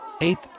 Eighth